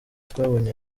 twabonye